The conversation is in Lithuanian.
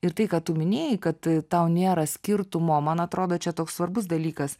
ir tai kad tu minėjai kad tau nėra skirtumo man atrodo čia toks svarbus dalykas